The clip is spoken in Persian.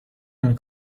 نمی